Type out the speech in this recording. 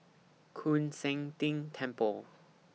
Koon Seng Ting Temple